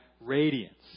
radiance